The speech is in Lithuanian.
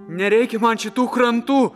nereikia man šitų krantų